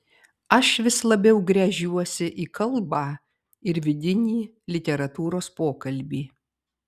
aš vis labiau gręžiuosi į kalbą ir vidinį literatūros pokalbį